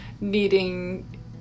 needing